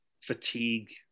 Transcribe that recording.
fatigue